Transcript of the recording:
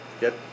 get